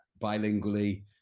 bilingually